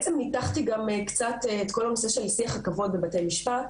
ניתחתי קצת את כל הנושא של שיח הכבוד בבתי משפט.